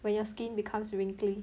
when your skin becomes wrinkly